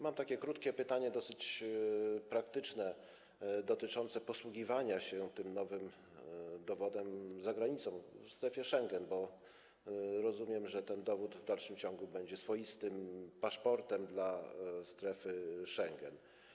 Mam takie krótkie pytanie, dosyć praktyczne, dotyczące posługiwania się tym nowym dowodem za granicą, w strefie Schengen, bo rozumiem, że ten dowód w dalszym ciągu będzie swoistym paszportem, jeśli chodzi o strefę Schengen.